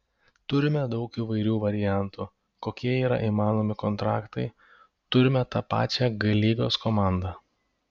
turime daug įvairių variantų kokie yra įmanomi kontraktai turime tą pačią g lygos komandą